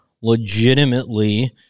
legitimately